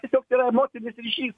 tiesiog tai yra emocinis ryšys